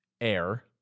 Air